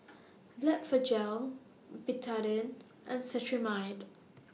Blephagel Betadine and Cetrimide